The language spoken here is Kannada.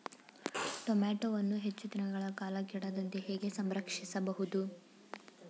ಟೋಮ್ಯಾಟೋವನ್ನು ಹೆಚ್ಚು ದಿನಗಳ ಕಾಲ ಕೆಡದಂತೆ ಹೇಗೆ ಸಂರಕ್ಷಿಸಬಹುದು?